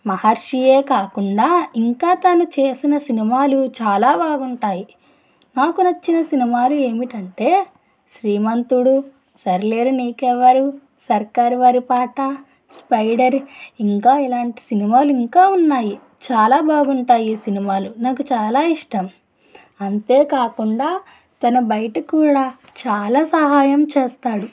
మహర్షియే కాకుండా ఇంకా తాను చేసిన సినిమాలు చాలా బాగుంటాయి నాకు నచ్చిన సినిమాలు ఏమిటంటే శ్రీమంతుడు సరిలేరు నీకెవ్వరు సర్కారు వారి పాట స్పైడర్ ఇంకా ఇలాంటి సినిమాలు ఇంకా ఉన్నాయి చాలా బాగుంటాయి ఈ సినిమాలు నాకు చాలా ఇష్టం అంతే కాకుండా తను బయట కూడా చాలా సహాయం చేస్తాడు